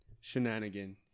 shenanigan